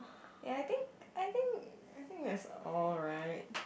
ya I think I think I think that's alright